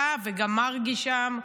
אתה וגם מרגי שם,